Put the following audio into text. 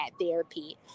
therapy